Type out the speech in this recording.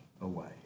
away